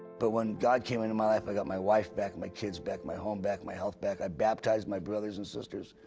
but when god came into my life, i got my wife back, my kids back, my home, my health back. i baptized my brothers and sisters.